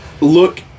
look